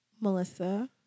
Melissa